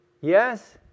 Yes